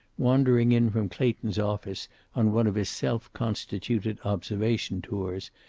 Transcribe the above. wandering in from clayton's office on one of his self-constituted observation tours,